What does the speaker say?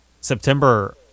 September